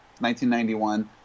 1991